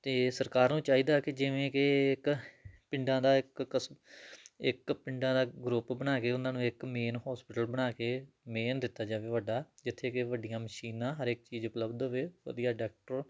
ਅਤੇ ਸਰਕਾਰ ਨੂੰ ਚਾਹੀਦਾ ਕਿ ਜਿਵੇਂ ਕਿ ਇੱਕ ਪਿੰਡਾਂ ਦਾ ਇੱਕ ਕਸ ਇੱਕ ਪਿੰਡਾਂ ਦਾ ਗਰੁੱਪ ਬਣਾ ਕੇ ਉਹਨਾਂ ਨੂੰ ਇੱਕ ਮੇਨ ਹੋਸਪਿਟਲ ਬਣਾ ਕੇ ਮੇਨ ਦਿੱਤਾ ਜਾਵੇ ਵੱਡਾ ਜਿੱਥੇ ਕਿ ਵੱਡੀਆਂ ਮਸ਼ੀਨਾਂ ਹਰ ਇੱਕ ਚੀਜ਼ ਉਪਲੱਬਧ ਹੋਵੇ ਵਧੀਆ ਡਾਕਟਰ